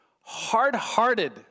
hard-hearted